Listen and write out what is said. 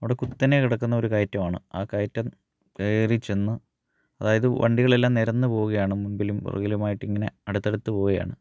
അവിടെ കുത്തനെ കിടക്കുന്ന ഒരു കയറ്റമാണ് ആ കയറ്റം കയറി ചെന്ന് അതായത് വണ്ടികളെല്ലാം നിരന്നു പോവുകയാണ് മുമ്പിലും പുറകിലുമായിട്ട് ഇങ്ങനെ അടുത്ത് അടുത്ത് പോവുകയാണ്